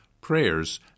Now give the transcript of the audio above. prayers